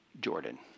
Jordan